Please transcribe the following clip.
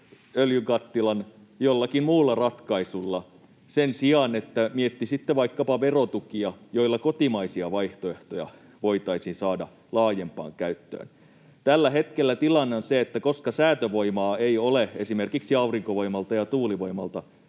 öljykattilan jollakin muulla ratkaisulla, sen sijaan että miettisitte vaikkapa verotukia, joilla kotimaisia vaihtoehtoja voitaisiin saada laajempaan käyttöön. Tällä hetkellä tilanne on se, että koska säätövoimaa ei ole esimerkiksi aurinkovoimalta ja tuulivoimalta,